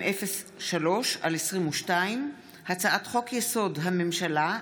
העונשין (תיקון,